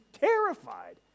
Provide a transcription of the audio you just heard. terrified